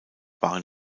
waren